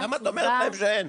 למה את אומרת להם שאין?